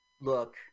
look